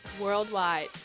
worldwide